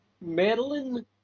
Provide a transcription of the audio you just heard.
Madeline